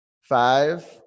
Five